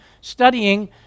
studying